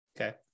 Okay